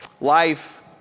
life